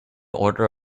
order